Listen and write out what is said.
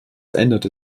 änderte